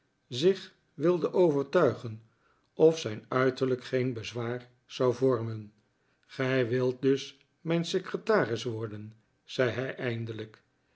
zich wilde overtuigen of zijn uiterlijk geen bezwaar zou vormen gij wilt dus mijn secretaris worden zei hij eindelijk